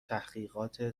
تحقیقات